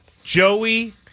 Joey